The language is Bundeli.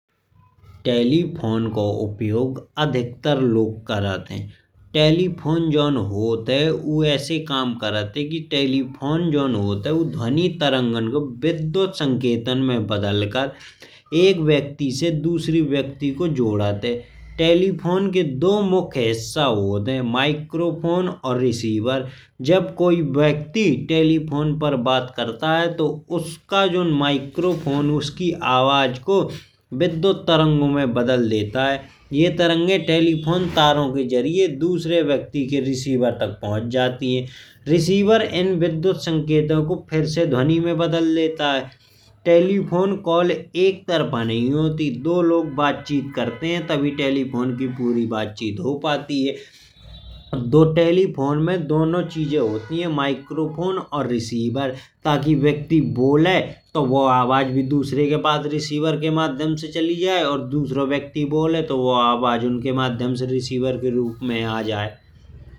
टेलीफोन को उपयोग अधिकतर लोग करत हैं। टेलीफोन जॉन होत है उ उसे कम करत है। कि टेलीफोन जॉन होत है। उ विदुत ध्वनि तरंगो को संकेतन में बदलकर एक व्यक्ति से दूसरे व्यक्ति को जोड़त है। टेलीफोन के दो मुख्या हिस्सा होत है। माइक्रोफोन और रिसीवर जब कोई व्यक्ति टेलीफोन पर बात करत है। तो उसका जॉन माइक्रोफोन उसकी आवाज को विदुत तरंगो में बदल देता है। यह तरंगे टेलीफोन तारो के जरिये दूसरे व्यक्ति के रिसीवर तक पहुँच जात है। रिसीवर इन विदुत संकेतों को फिर से ध्वनि में बदल देता है। टेलीफोन कॉल एकतरफा नहीं होती दो लोग बातचीत करते है। तभी टेलीफोन की पूरी बातचित हो पाती है। टेलीफोन में दोनों चीजे होती है माइक्रोफोन और रिसीवर ताकि। व्यक्ति बोले तो वो आवाज भी दूसरे के पास रिसीवर के माध्यम से चली जाये और दूसरा व्यक्ति बोले तो। वो आवाज उनके माध्यम से रिसीवर के रूप में आ जाये।